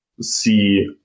see